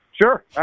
Sure